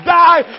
die